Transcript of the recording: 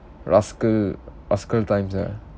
rascal rascal times ah